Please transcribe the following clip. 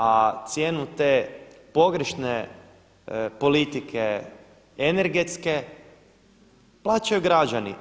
A cijenu te pogrešne politike energetske plaćaju građani.